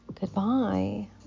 Goodbye